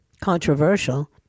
controversial